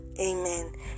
amen